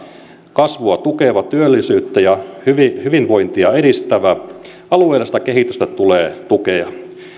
kasvua tukevia työllisyyttä ja hyvinvointia edistäviä alueellista kehitystä tulee tukea